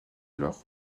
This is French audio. lors